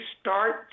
start